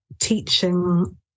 teaching